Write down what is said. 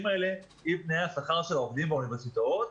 האלה עם תנאי השכר של העובדים באוניברסיטאות.